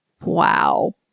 wow